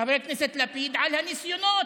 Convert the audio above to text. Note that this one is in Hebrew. חבר הכנסת לפיד, על הניסיונות,